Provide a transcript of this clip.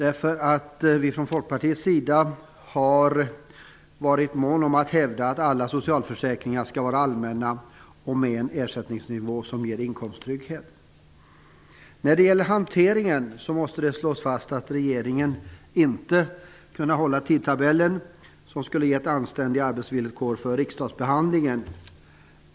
Vi har från Folkpartiets sida varit måna om att hävda att alla socialförsäkringar skall vara allmänna och ha en ersättningsnivå som ger inkomsttrygghet. När det gäller hanteringen måste det slås fast att regeringen inte kunnat hålla en tidtabell som skulle ha gett anständiga arbetsvillkor för riksdagsbehandlingen.